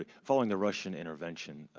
following the russian intervention,